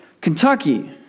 Kentucky